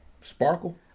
Sparkle